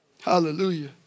Hallelujah